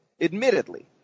admittedly